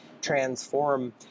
transform